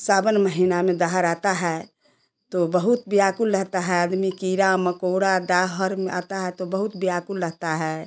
सावन महीना में दहर आता है तो बहुत व्याकुल रहता है आदमी कीड़ा मकोड़ा दाहर में आता है तो बहुत व्याकुल रहता है